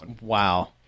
Wow